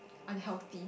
unhealthy